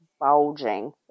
bulging